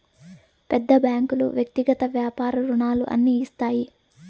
పెద్ద బ్యాంకులు వ్యక్తిగత వ్యాపార రుణాలు అన్ని ఇస్తాయి